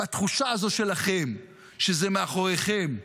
והתחושה הזו שלכם שזה מאחוריכם,